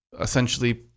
essentially